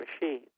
Machine